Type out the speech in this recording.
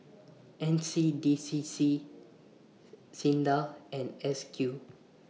N C D C C SINDA and S Q